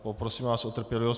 Poprosím vás o trpělivost.